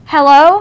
Hello